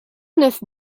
neuf